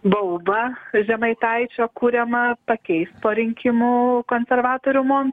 baubą žemaitaičio kuriamą pakeis po rinkimų konservatorių mon